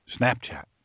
Snapchat